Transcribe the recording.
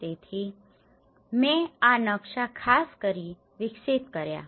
તેથી મેં આ નકશા ખાસ કરીને વિકસિત કર્યા છે